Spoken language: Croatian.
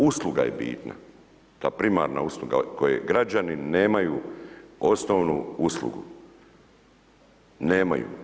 Usluga je bitna ta primarna usluga koje građani nemaju osnovnu uslugu, nemaju.